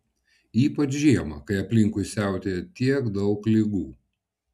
ypač žiemą kai aplinkui siautėja tiek daug ligų